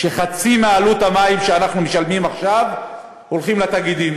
שחצי מעלות המים שאנחנו משלמים עכשיו הולך לתאגידים: